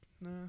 No